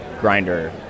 grinder